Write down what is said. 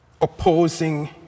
opposing